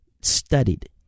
studied